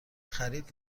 خرید